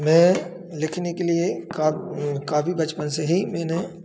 मैं लिखने के लिए काफ़ी बचपन से ही मैंने